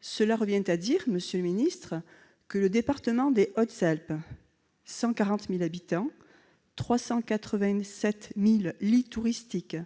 Cela revient à dire, monsieur le secrétaire d'État, que le département des Hautes-Alpes, malgré ses 140 000 habitants, ses 387 000 lits touristiques et